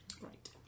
Right